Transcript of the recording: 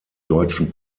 deutschen